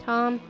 Tom